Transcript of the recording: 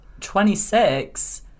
26